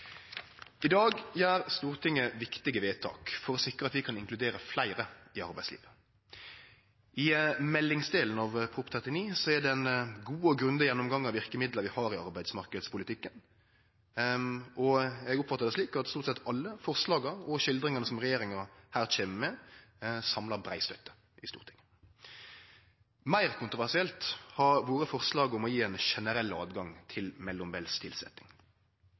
I dag gjer Stortinget viktige vedtak for å sikre at vi kan inkludere fleire i arbeidslivet. I meldingsdelen av Prop. 39 L er det ein god og grundig gjennomgang av verkemiddel vi har i arbeidsmarknadspolitikken, og eg oppfattar det slik at stort sett alle forslaga og skildringane som regjeringa her kjem med, samlar brei støtte i Stortinget. Meir kontroversielt har forslaget om å gje ein generell tilgang til mellombels tilsetting